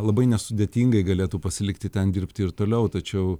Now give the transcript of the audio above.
labai nesudėtingai galėtų pasilikti ten dirbti ir toliau tačiau